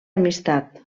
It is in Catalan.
amistat